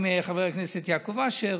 יחד עם חבר הכנסת יעקב אשר.